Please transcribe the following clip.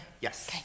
Yes